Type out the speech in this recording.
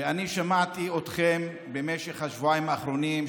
אני שמעתי אתכם במשך השבועיים האחרונים,